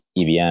EVM